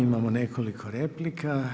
Imamo nekoliko replika.